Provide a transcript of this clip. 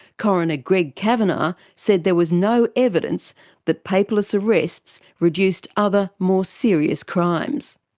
coroner greg cavanagh said there was no evidence that paperless arrests reduced other more serious crimes.